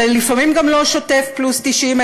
ולפעמים גם לא שוטף פלוס 90,